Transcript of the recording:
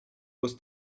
was